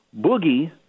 Boogie